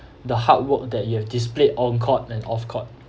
the hard work that you have displayed on court and off court